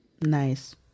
Nice